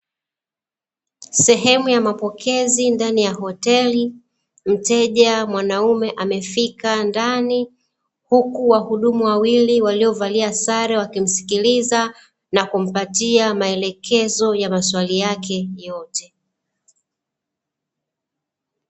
Sehemu ya mapokezi ndani ya hoteli, mteja mwanaume amefika ndani, huku wahudumu wawili waliovalia sare wakimsikiliza, na kumpatia maelekezo ya maswali yake yote.